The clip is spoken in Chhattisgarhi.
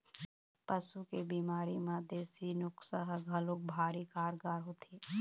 पशु के बिमारी म देसी नुक्सा ह घलोक भारी कारगार होथे